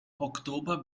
oktober